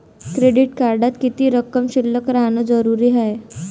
Credit कार्डात किती रक्कम शिल्लक राहानं जरुरी हाय?